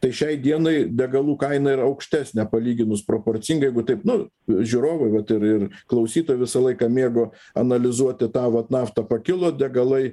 tai šiai dienai degalų kaina yra aukštesnė palyginus proporcingai jeigu taip nu žiūrovai vat ir ir klausytojai visą laiką mėgo analizuoti tą vat naftą pakilo degalai